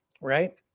right